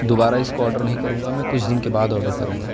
دوبارہ اس کو آرڈر نہیں کروں گا میں کچھ دن کے بعد آرڈر کروں گا